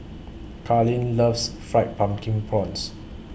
Carlyn loves Fried Pumpkin Prawns